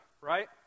right